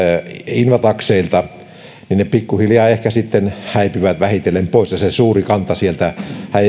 invatakseilta niin ne pikkuhiljaa sitten ehkä häipyvät vähitellen pois ja se suuri kanta sieltä